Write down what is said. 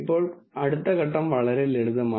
ഇപ്പോൾ അടുത്ത ഘട്ടം വളരെ ലളിതമാണ്